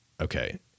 okay